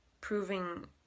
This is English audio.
Proving